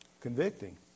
Convicting